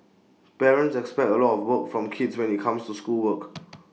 parents expect A lot of work from kids when IT comes to schoolwork